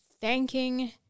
thanking